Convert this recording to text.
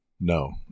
No